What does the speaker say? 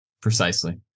Precisely